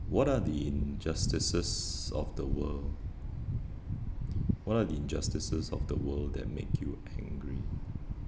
what are the injustices of the world what are the injustices of the world that make you angry